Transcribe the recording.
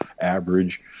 average